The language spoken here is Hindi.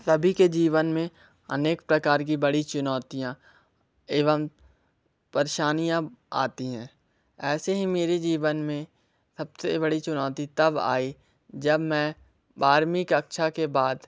सभी के जीवन में अनेक प्रकार की बड़ी चुनौतियाँ एवं परेशानियाँ आती हैं ऐसे हीं मेरे जीवन में सब से बड़ी चुनौती तब आई जब मैं बारवीं कक्षा के बाद